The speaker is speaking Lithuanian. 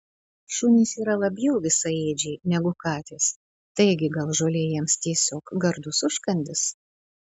šunys yra labiau visaėdžiai negu katės taigi gal žolė jiems tiesiog gardus užkandis